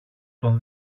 τον